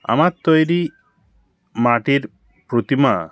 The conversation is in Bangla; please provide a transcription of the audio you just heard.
আমার তৈরী মাটির প্রতিমা